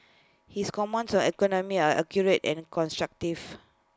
his comments on economy are accurate and constructive